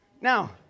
Now